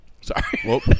Sorry